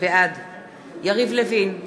בעד יריב לוין,